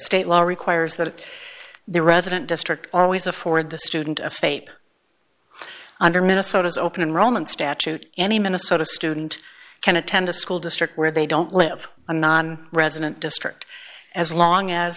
state law requires that the resident district always afford the student of faith under minnesota's open enrollment statute any minnesota student can attend a school district where they don't live i'm not a resident district as long as